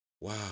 Wow